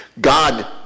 God